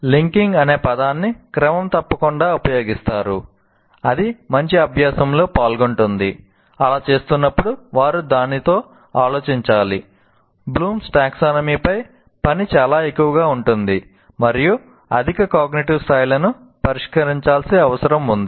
'linking' స్థాయిలను పరిష్కరించాల్సిన అవసరం ఉంది